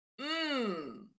mmm